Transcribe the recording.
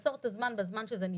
לעצור את הזמן בזמן שזה נבדק.